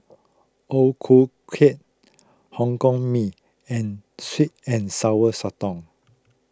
O Ku Kueh Hokkien Mee and Sweet and Sour Sotong